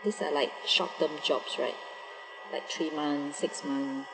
this are like short term jobs right like three month six month